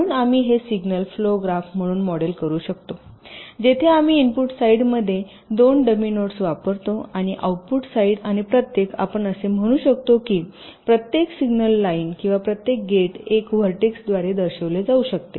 म्हणून आम्ही हे सिग्नल फ्लो ग्राफ म्हणून मॉडेल करू शकतो जेथे आम्ही इनपुट साइडमध्ये दोन डमी नोट्स वापरतो आणि आऊटपुट साईड आणि प्रत्येक आपण असे म्हणू शकतो की प्रत्येक सिग्नल लाइन किंवा प्रत्येक गेट एक व्हर्टेक्स द्वारे दर्शविले जाऊ शकते